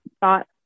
thought